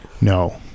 No